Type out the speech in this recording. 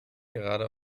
gerade